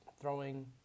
throwing